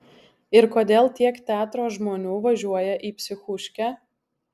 ir kodėl tiek teatro žmonių važiuoja į psichuškę